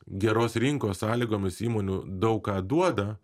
geros rinkos sąlygomis įmonių daug ką duoda